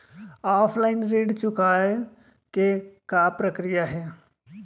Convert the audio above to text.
Offline ऋण चुकोय के का प्रक्रिया हे?